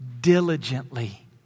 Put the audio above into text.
diligently